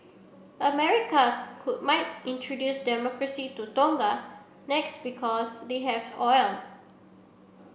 America could might introduce Democracy to Tonga next because they have oil